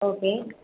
okay